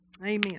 Amen